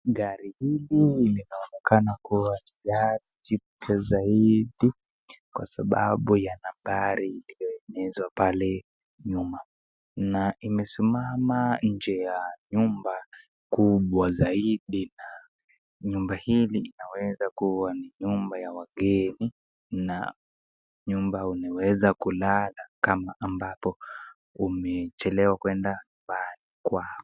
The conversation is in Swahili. Gari hili linaonekana kua ni gari jipya zaidi, kwa sababu ya nambari iliyoonyeshwa pale nyuma. Na imesimama nje ya nyumba kubwa zaidi na nyumba hili linaweza kua ni nyumba ya wageni na nyumba unaweza kulala kama ambapo umechelewa kuenda mahali kwako.